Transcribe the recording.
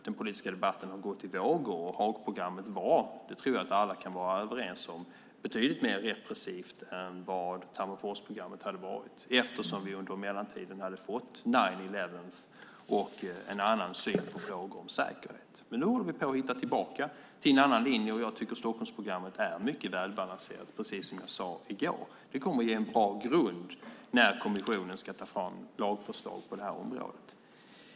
Den politiska debatten har gått i vågor, och Haagprogrammet var - där tror jag att alla kan vara överens - betydligt mer repressivt än vad Tammerforsprogrammet hade varit, eftersom vi under mellantiden hade fått "nine eleven" och en annan syn på frågor om säkerhet. Nu håller vi på att hitta tillbaka till en annan linje, och jag tycker att Stockholmsprogrammet är mycket väl balanserat, precis som jag sade i går. Det kommer att ge en bra grund när kommissionen ska ta fram lagförslag på det här området.